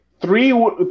Three